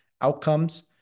outcomes